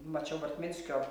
mačiau bartminskio